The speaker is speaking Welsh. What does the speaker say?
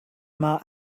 mae